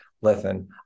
listen